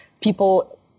people